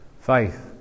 faith